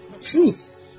truth